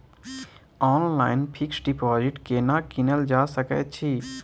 Online fix deposit केना कीनल जा सकै छी?